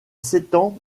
s’étend